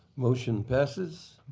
motion passes.